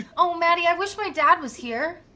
oh matty, i wish my dad was here.